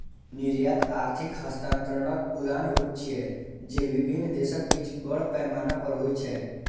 निर्यात आर्थिक हस्तांतरणक पुरान रूप छियै, जे विभिन्न देशक बीच बड़ पैमाना पर होइ छै